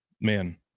man